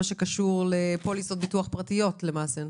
למעשה בפוליסות ביטוח פרטיות.